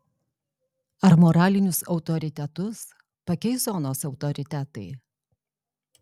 ar moralinius autoritetus pakeis zonos autoritetai